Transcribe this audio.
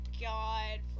God